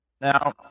Now